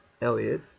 Elliot